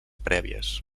prèvies